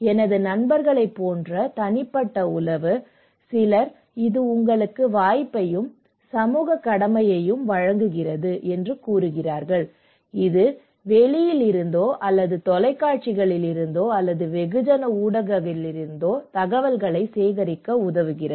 எனது நண்பர்களைப் போன்ற தனிப்பட்ட உறவு சிலர் இது உங்களுக்கு வாய்ப்பையும் சமூக கடமையையும் வழங்குகிறது என்று கூறுகிறார்கள் இது வெளியில் இருந்தோ அல்லது தொலைக்காட்சிகளிலிருந்தோ அல்லது வெகுஜன ஊடகங்களிலிருந்தோ தகவல்களை சேகரிக்க உதவுகிறது